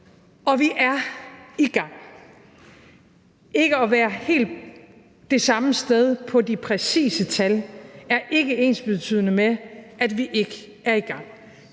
og vi er i gang. Ikke at være helt det samme sted på de præcise tal er ikke ensbetydende med, at vi ikke er i gang.